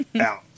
Out